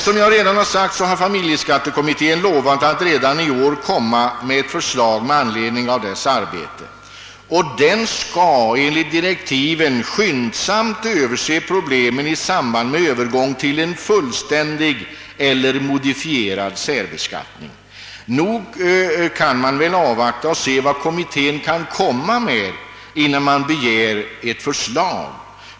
Som jag redan har sagt har familjeskatteberedningen lovat att redan i år komma med ett förslag, och denna kommitté skall enligt direktiven skyndsamt överse problemen i samband med övergång till en fullständig eller modifierad särbeskattning. Nog kan man väl avvakta kommitténs ställningstagande, innan man begär ett förslag.